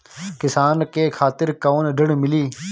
किसान के खातिर कौन ऋण मिली?